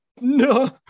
No